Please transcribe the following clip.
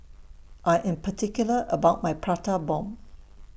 I Am particular about My Prata Bomb